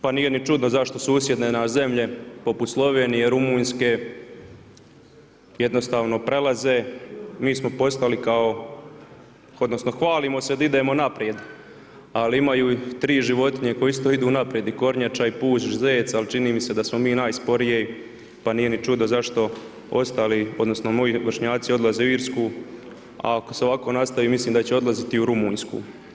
Pa nije ni čudno zašto susjedne nam zemlje poput Slovenije, Rumunjske jednostavno prelaze, mi smo postali kao, odnosno hvalimo se da idemo naprijed ali ima tri životinje koje isto idu naprijed i kornjača i puž i zec ali čini mi se da smo mi najsporiji pa nije ni čudno zašto ostali odnosno moji vršnjaci odlaze u Irsku, ako se ovako nastavi, mislim da će odlaziti i u Rumunjsku.